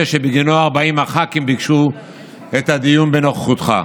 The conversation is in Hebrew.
שבגינו 40 הח"כים ביקשו את הדיון בנוכחותך.